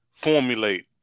formulate